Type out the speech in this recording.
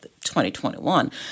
2021